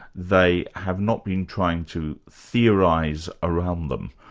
they have not been trying to theorise around them,